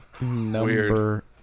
Number